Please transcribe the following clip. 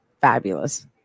fabulous